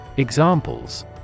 Examples